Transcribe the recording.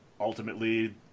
ultimately